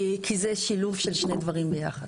כי זה שילוב של שני דברים ביחד.